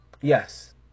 Yes